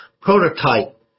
prototype